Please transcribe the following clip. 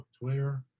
Twitter